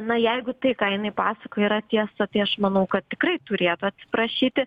na jeigu tai ką jinai pasakoja yra tiesa tai aš manau kad tikrai turėtų atsiprašyti